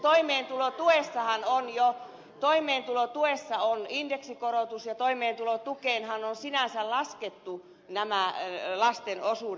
plus toimeentulotuessahan on jo indeksikorotus toimeentulotukeenhan on sinänsä laskettu nämä lasten osuudet